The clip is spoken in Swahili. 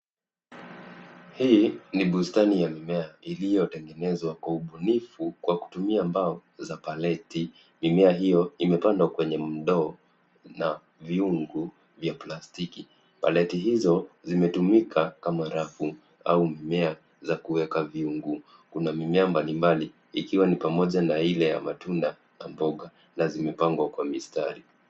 Hii ni bustani ya mimea iliyotengenezwa kwa ubunifu kwa kutumia mbao za palette . Mimea hiyo imepandwa kwenye ndoo na viungu vya plastiki. Palette hizo zimetumika kama rafu au mimea za kuweka viungu. Kuna mimea mbalimbali, ikiwa ni pamoja na ile ya matunda na mboga na zimepangwa kwa mistari.